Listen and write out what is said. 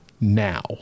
now